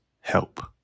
help